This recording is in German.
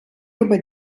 über